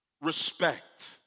respect